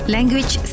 Language